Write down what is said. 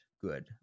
good